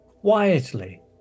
quietly